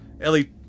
Ellie